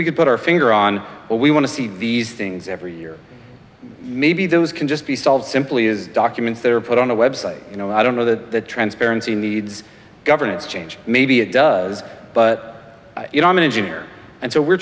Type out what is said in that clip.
we could put our finger on what we want to see these things every year maybe those can just be solved simply is documents that are put on a website you know i don't know that the transparency needs governance change maybe it does but you know i'm an engineer and so we're